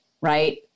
right